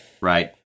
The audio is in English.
right